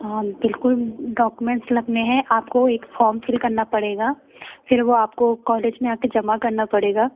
हाँ बिल्कुल डॉक्युमेंट्स लगाने है आपको एक फॉर्म फिल करना पड़ेगा फिर वह आपको कॉलेज में आ कर जमा करना पड़ेगा